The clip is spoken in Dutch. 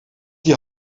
die